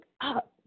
up